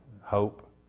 hope